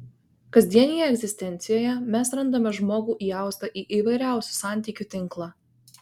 kasdienėje egzistencijoje mes randame žmogų įaustą į įvairiausių santykių tinklą